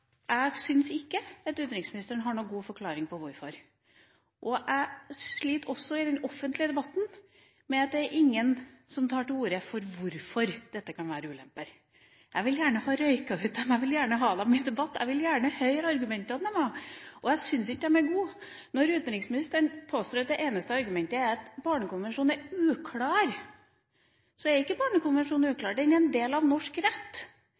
Jeg syns ikke at utenriksministeren har noen god forklaring på dette. Jeg sliter også i den offentlige debatten med at det ikke er noen som tar til orde for hvorfor dette kan være ulemper. Jeg vil gjerne ha røykt dem ut, jeg vil gjerne ha dem opp til debatt, jeg vil gjerne høre argumentene her. Jeg syns ikke de er gode. Utenriksministeren påstår at det eneste argumentet er at Barnekonvensjonen er uklar. Barnekonvensjonen er ikke uklar. Den er en del av norsk rett,